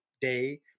day